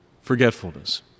Forgetfulness